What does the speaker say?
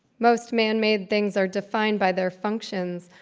most man-made things are defined by their functions,